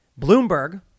Bloomberg